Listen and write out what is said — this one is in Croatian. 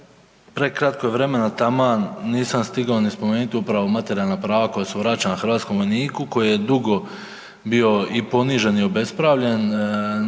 Prekratko je vremena, taman nisam stigao ni spomenut upravo materijalna prava koja su vraćena hrvatskom vojniku koji je dugo bio i ponižen i obespravljen,